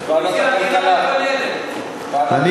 אני מציע דירה לכל ילד.